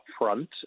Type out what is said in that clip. upfront